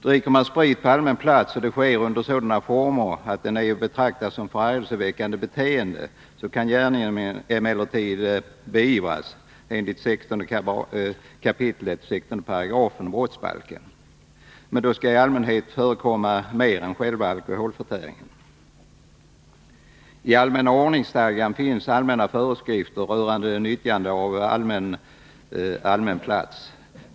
Dricker man sprit på allmän plats och det sker under sådana former att det är att betrakta som förargelseväckande beteende, kan gärningen emellertid beivras enligt 16 kap. 16 § brottsbalken. Men då skall i allmänhet mer än enbart alkoholförtäring förekomma. Tallmänna ordningsstadgan finns allmänna föreskrifter rörande nyttjandet av allmän plats.